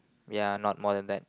ya not more than that